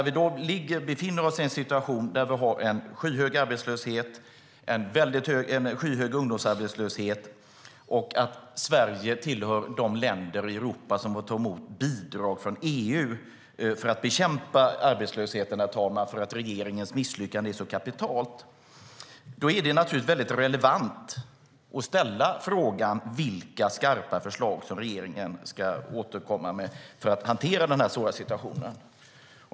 Vi befinner oss i en situation där vi har en skyhög arbetslöshet och en skyhög ungdomsarbetslöshet. Sverige hör till de länder i Europa som får ta emot bidrag från EU för att bekämpa arbetslösheten för att regeringens misslyckande är så kapitalt. Det är då väldigt relevant att ställa frågan om vilka skarpa förslag som regeringen ska återkomma med för att hantera den svåra situationen.